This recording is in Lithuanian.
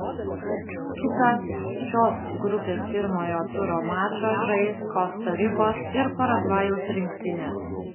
kitą šios grupės pirmojo turo mačą žais kosta rikos ir paragvajaus rinktinės